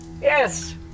Yes